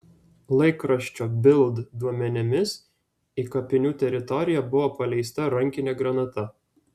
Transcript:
laikraščio bild duomenimis į kapinių teritoriją buvo paleista rankinė granata